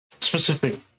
specific